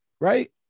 right